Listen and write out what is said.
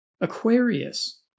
Aquarius